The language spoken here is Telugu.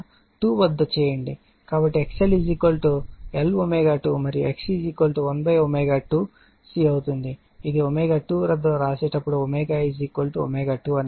కాబట్టి XL Lω2 మరియు XC 1ω2C అవుతుంది ఇది ω2 వద్ద వ్రాసేటప్పుడు ω ω2 అని అర్ధం